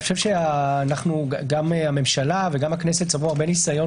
גם הממשלה וגם הכנסת צברו הרבה ניסיון